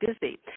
busy